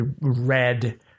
red